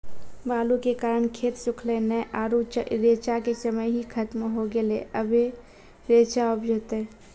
बालू के कारण खेत सुखले नेय आरु रेचा के समय ही खत्म होय गेलै, अबे रेचा उपजते?